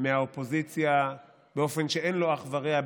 מהאופוזיציה באופן שאין לו אח ורע,